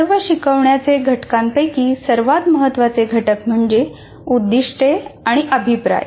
सर्व शिकवण्याचे घटकांपैकी सर्वात महत्त्वाचे घटक म्हणजे 'उद्दीष्टे आणि अभिप्राय